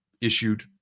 issued